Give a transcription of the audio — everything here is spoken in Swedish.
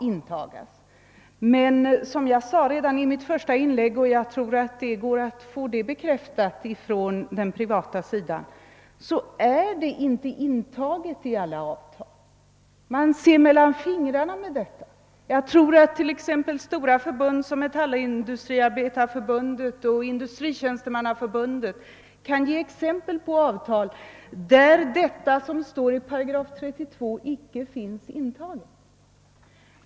Jag framhöll redan i mitt första inlägg — jag tror att det går att få saken bekräftad från den privata sidan — att denna bestämmelse inte är intagen i alla avtal. Man ser mellan fingrarna med detta. Stora förbund som Metallindustriarbetareförbundet och Industritjänstemannaförbundet kan nog ge exempel på avtal, där det som står i 8 32 icke finns intaget.